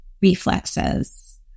reflexes